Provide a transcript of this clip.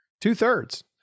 Two-thirds